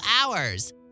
hours